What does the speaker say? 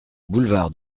boulevard